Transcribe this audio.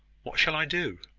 what shall i do?